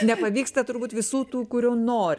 nepavyksta turbūt visų tų kurie nori